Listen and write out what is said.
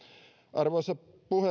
arvoisa